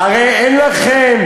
הרי אין לכם,